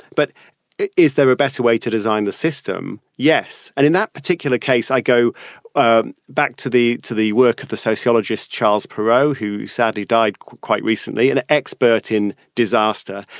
but is there a better way to design the system? yes. and in that particular case, i go ah back to the to the work of the sociologist charles perrow, who sadly died quite recently, an expert in disaster.